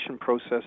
process